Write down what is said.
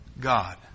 God